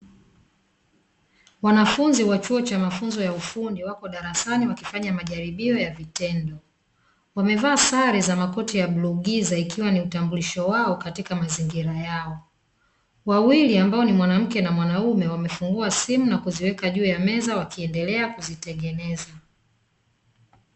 Wanafunzi wa chuo cha mafunzo ya ufundi wako darasani wakifanya majaribio ya vitendo. Wamevaa sare za makoti ya bluu giza ikiwa ni utambulisho wao katika mazingira yao. Wawili ambao ni mwanamke na mwanaume, wamefungua simu na kuziweka juu ya meza wakiendelea kuzitengeneza.